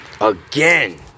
Again